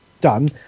done